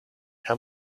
how